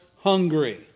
hungry